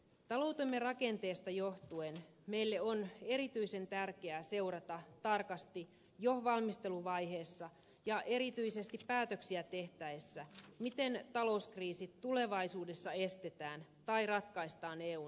taloutemme rakenteesta johtuen meille on erityisen tärkeää seurata tarkasti jo valmisteluvaiheessa ja erityisesti päätöksiä tehtäessä miten talouskriisit tulevaisuudessa estetään tai ratkaistaan eun sisällä